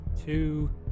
two